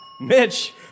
Mitch